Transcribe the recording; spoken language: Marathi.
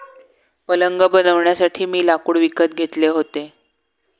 पलंग बनवण्यासाठी मी लाकूड विकत घेतले होते